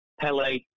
Pele